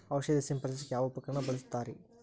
ಔಷಧಿ ಸಿಂಪಡಿಸಕ ಯಾವ ಉಪಕರಣ ಬಳಸುತ್ತಾರಿ?